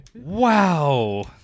Wow